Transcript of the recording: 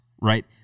right